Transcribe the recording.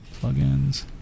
Plugins